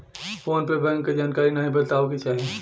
phone पे bank क जानकारी नाहीं बतावे के चाही